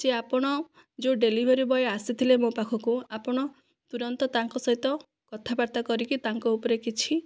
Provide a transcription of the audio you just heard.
ଯେ ଆପଣ ଯେଉଁ ଡେଲିଭରି ବୟ ଆସିଥିଲେ ମୋ ପାଖକୁ ଆପଣ ତୁରନ୍ତ ତାଙ୍କ ସହିତ କଥାବାର୍ତ୍ତା କରିକି ତାଙ୍କ ଉପରେ କିଛି